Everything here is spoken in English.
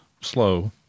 Slow